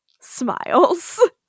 smiles